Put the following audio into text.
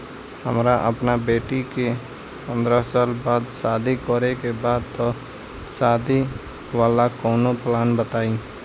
हमरा अपना बेटी के पंद्रह साल बाद शादी करे के बा त शादी वाला कऊनो प्लान बताई?